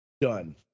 done